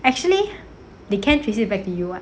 actually they can trace it back to you [what]